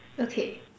okay